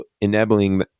enabling